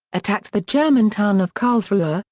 attacked the german town of karlsruhe, ah